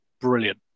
brilliant